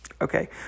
Okay